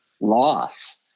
loss